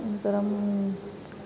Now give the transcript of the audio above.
अनन्तरम्